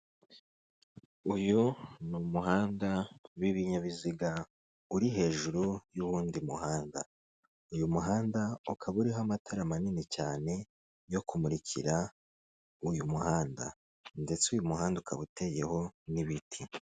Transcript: Uyu ni umuhanda w'ibinyabiziga uri hejuru y'undi muhanda. Uyu muhanda ukaba uriho amatara manini cyane yo kumurikira uyu muhanda ndetse uyu muhanda ukaba uteyeho n'ibiti.